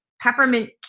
peppermint